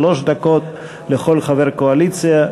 שלוש דקות לכל חבר קואליציה,